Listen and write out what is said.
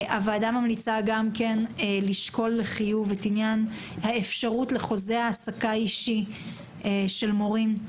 הוועדה ממליצה גם לשקול לחיוב אפשרות לחוזה העסקה אישי של מורים.